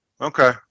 Okay